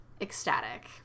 ecstatic